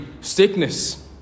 sickness